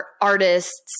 artists